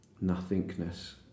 nothingness